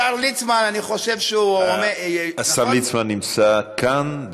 השר ליצמן, אני חושב שהוא, השר ליצמן נמצא כאן.